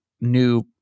new